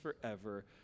forever